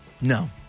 No